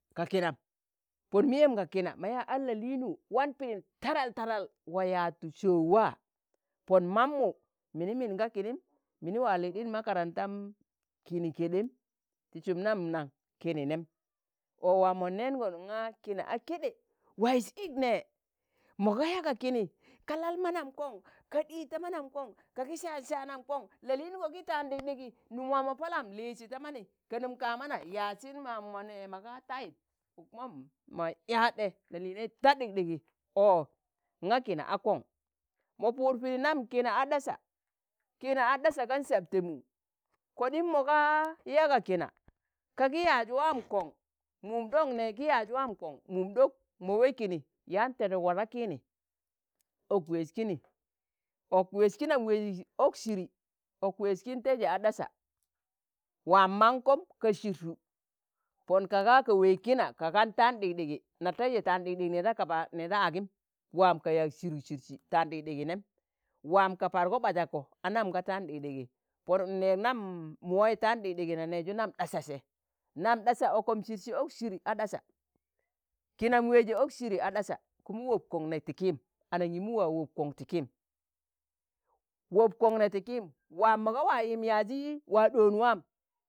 ka kinam, pon miyem ga kina ma yaa ad la'liin wu wan pidin tadal tadal waa yaatu so̱o wa. a pon mammu minim min ga kinim mini wa lijin makarantam kini keɗem, ti sum nam nan? kini nem, ọ waamonẹẹṇọn ṇga kini a keɗe waiz ik ne, mo ga yaa ga kini ka lal manamkon, ka ɗij ta manam kon, ka gi saan sanam kon, la'liino ki ta̱an ɗikɗigi, num waa mọ palam lizi ta mani, ka num ka mona yaasin mam mọ nẹ maga taiz, ukmom? ma yadɗẹ la'linnei ta ɗikɗigi, ọ, ṇga kina a kọṇ, mọ pụụd pidi nam kina a ɗasa, kina a ɗasa gan sabtẹ mu, koɗim mo ga yaa ga kina ka gi yaaz waamkoṇ, mum ɗok ne gi yaaz waam kon, mum ɗok mo we kini yaan teduk waa da kiini, ok weez kini, ok weez kinam weiji ok siri, ok weez kin teije a ɗasa waam mankom ka sirtu, pon ka ga ka weeg kina ka gan taan ɗikɗigi, na teiji taan ɗikɗigi ne da kaba ne da agim waam ka yaan sirug sirji tạan ɗikɗigi nem, waam ka pargo ɓazak ko a nam ka taan ɗikɗigi pon nẹẹg nam mu wai taan ɗikɗigi na neju nam ɗasa se nam ɗasa okom sirsi ok siri a ɗasa, kinam weeji ok siri a ɗasa, kuma wok kon nee ti kiim, anangimu wa wob kon ti kiim, wob kon ne ti kiim, waam mọga waa yimb yazi waa ɗoon waam,